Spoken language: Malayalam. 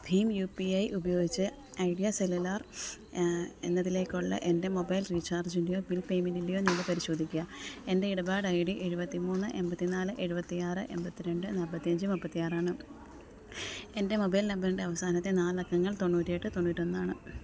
ഭീം യു പി ഐ ഉപയോഗിച്ച് ഐഡിയ സെല്ലുലാർ എന്നതിലേക്കുള്ള എൻ്റെ മൊബൈൽ റീചാർജിൻ്റെയോ ബിൽ പേയ്മെൻ്റിൻ്റെയോ നില പരിശോധിക്കുക എൻ്റെ ഇടപാട് ഐ ഡി എഴുപത്തി മൂന്ന് എൺപത്തി നാല് എഴുപത്തി ആറ് എൺപത്തി രണ്ട് നാൽപ്പത്തി അഞ്ച് മുപ്പത്തി ആറാണ് എൻ്റെ മൊബൈൽ നമ്പറിൻ്റെ അവസാനത്തെ നാല് അക്കങ്ങൾ തൊണ്ണൂറ്റി എട്ട് തൊണ്ണൂറ്റി ഒന്നാണ്